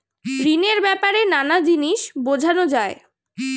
ঋণের ব্যাপারে নানা জিনিস বোঝানো যায়